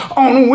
on